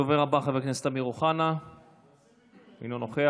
הדובר הבא, חבר הכנסת אמיר אוחנה, אינו נוכח.